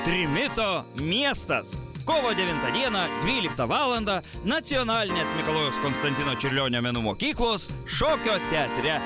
trimito miestas kovo devintą dieną dvyliktą valandą nacionalinės mikalojaus konstantino čiurlionio menų mokyklos šokio teatre